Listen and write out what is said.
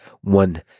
one